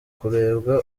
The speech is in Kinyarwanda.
kurebwa